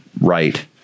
right